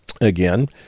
Again